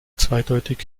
zweideutig